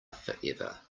forever